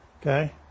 Okay